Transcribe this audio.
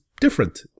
different